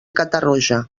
catarroja